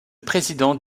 président